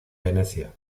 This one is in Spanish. venecia